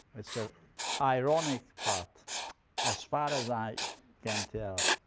it's ah ironic, but as far as i can tell